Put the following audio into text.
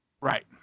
Right